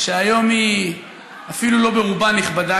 שהיום היא אפילו לא ברובה נכבדה,